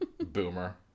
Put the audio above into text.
boomer